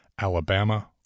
Alabama